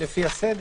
לפי הסדר.